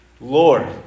Lord